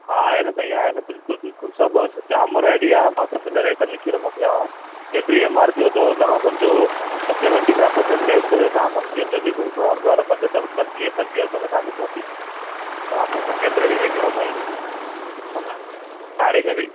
हा आहे न साईं आहे न बिल्कुलु बिल्कुलु सभु बोस जाम वैरायटी आहे मां सभिनी जा रेट लिखी थो मोकिलियांव जेतिरी एम आर पी हो त हुन खां सम्झो सैवंटी फाईव परसेंट लैस करे तव्हां सम्झी वञिजो जेको बि सौ रुपिया त पंजहतरि पंजवीहु रुपिया में तव्हां खे पहुती तव्हां पोइ पोइ केतिरे में विकिणो साईं हा न साड़ी में बि